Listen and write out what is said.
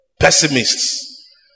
Pessimists